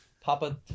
Papa